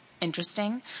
interesting